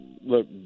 look